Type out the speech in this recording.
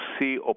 see